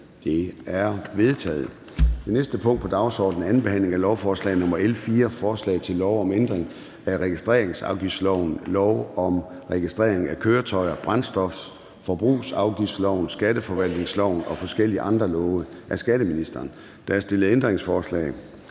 Det er vedtaget. --- Det næste punkt på dagsordenen er: 20) 2. behandling af lovforslag nr. L 4: Forslag til lov om ændring af registreringsafgiftsloven, lov om registrering af køretøjer, brændstofforbrugsafgiftsloven, skatteforvaltningsloven og forskellige andre love. (Regelforenkling og